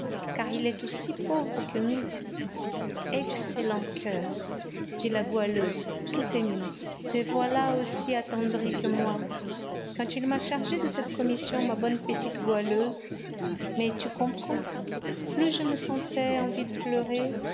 car il est aussi pauvre que nous excellent coeur dit la goualeuse tout émue te voilà aussi attendrie que moi quand il m'a chargée de cette commission ma bonne petite goualeuse mais tu comprends plus je me sentais envie de pleurer